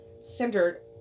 centered